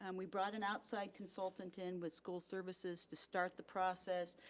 and we brought an outside consultant in with school services to start the process,